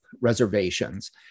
reservations